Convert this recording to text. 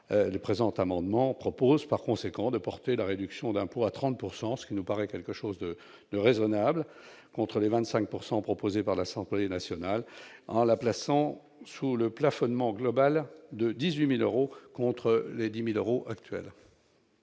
Le présent amendement vise donc à porter la réduction d'impôt à 30 %, ce qui nous paraît raisonnable, au lieu des 25 % proposés par l'Assemblée nationale, en la plaçant sous le plafonnement global de 18 000 euros contre les 10 000 euros actuels.